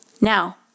Now